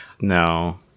No